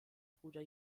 bruder